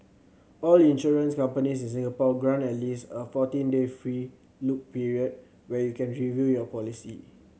all insurance companies in Singapore grant at least a fourteen day free look period where you can review your policy